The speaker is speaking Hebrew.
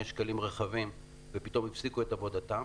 שקלים רכבים ופתאום הפסיקו את עבודתם.